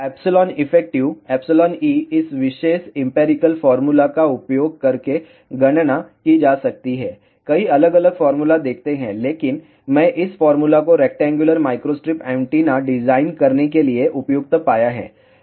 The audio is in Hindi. एप्सिलॉन इफेक्टिव εe इस विशेष एम्पिरिकल फार्मूला का उपयोग करके गणना की जा सकता है कई अलग अलग फार्मूला देखते हैं लेकिन मैं इस फार्मूला को रेक्टेंगुलर माइक्रोस्ट्रिप एंटीना डिजाइन करने के लिए उपयुक्त पाया है